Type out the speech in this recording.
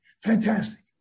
Fantastic